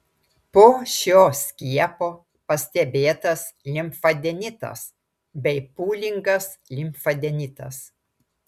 po šio skiepo pastebėtas limfadenitas bei pūlingas limfadenitas